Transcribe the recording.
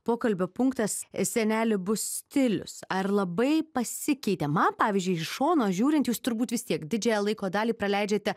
pokalbio punktas seneli bus stilius ar labai pasikeitė man pavyzdžiui iš šono žiūrint jūs turbūt vis tiek didžiąją laiko dalį praleidžiate